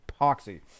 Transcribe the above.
epoxy